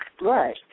Right